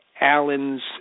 Allen's